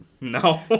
No